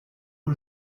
que